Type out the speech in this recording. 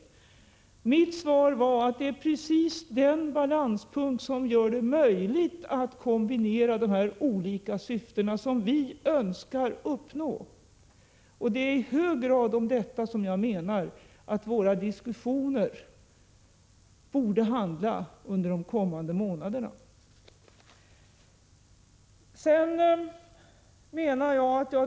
Mitt svar var att det är precis den balanspunkt som gör det möjligt att kombinera dessa olika syften, som regeringen önskar uppnå. Det är i hög grad detta som jag menar att våra diskussioner borde handla om under de kommande månaderna.